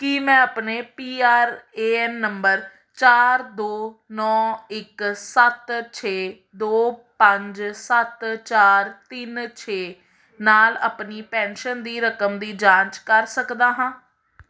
ਕੀ ਮੈਂ ਆਪਣੇ P R A N ਨੰਬਰ ਚਾਰ ਦੋ ਨੌ ਇੱਕ ਸੱਤ ਛੇ ਦੋ ਪੰਜ ਸੱਤ ਚਾਰ ਤਿੰਨ ਛੇ ਨਾਲ ਆਪਣੀ ਪੈਨਸ਼ਨ ਦੀ ਰਕਮ ਦੀ ਜਾਂਚ ਕਰ ਸਕਦਾ ਹਾਂ